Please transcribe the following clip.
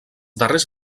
darrers